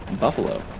Buffalo